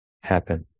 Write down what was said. happen